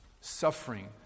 Suffering